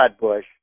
Bush